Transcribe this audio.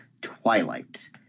Twilight